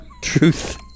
Truth